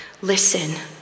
Listen